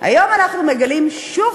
היום אנחנו מגלים שוב,